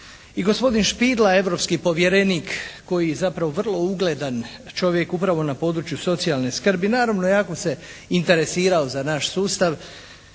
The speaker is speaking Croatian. I gospodin Spiegel, europski povjerenik koji je zapravo vrlo ugledan čovjek upravo na području socijalne skrbi, naravno jako se interesirao za naš sustav